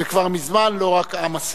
וכבר מזמן לא רק עם הספר.